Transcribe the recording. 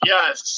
Yes